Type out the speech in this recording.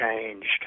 changed